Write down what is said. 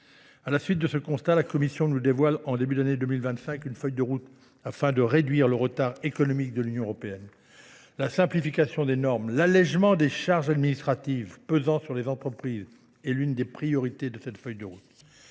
A la suite de ce constat, la Commission nous dévoile en début d'année 2025 une feuille de route afin de réduire le retard économique de l'Union européenne. La simplification des normes, l'allègement des charges administratives pesant sur les entreprises est l'une des priorités de cette feuille de route.